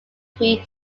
three